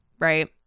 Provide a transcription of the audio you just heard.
right